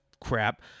crap